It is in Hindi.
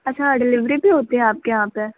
अच्छा डिलीवरी भी होती है आपके यहाँ पर